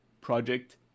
project